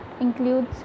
includes